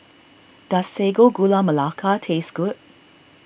does Sago Gula Melaka taste good